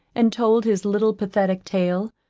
and told his little pathetic tale,